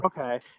Okay